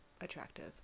attractive